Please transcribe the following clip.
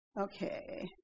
Okay